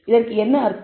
இதற்கு என்ன அர்த்தம்